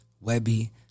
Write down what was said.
Webby